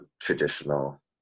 traditional